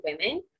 women